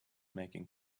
making